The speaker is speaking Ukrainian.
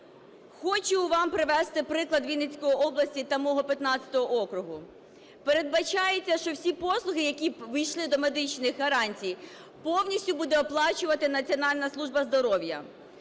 Хочу вам привести приклад Вінницької області та мого 15 округу. Передбачається, що всі послуги, які ввійшли до медичних гарантій, повністю буде оплачувати Національна служба здоров'я.